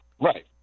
Right